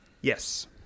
Yes